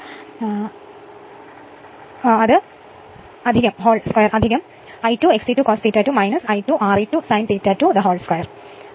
അതിനാൽ E2 2 എന്നത് V2 I2 Re2 cos ∅2 I2 XE2 sin ∅2 wholE2 I2 XE2 cos ∅2 I2 Re2 sin ∅2 2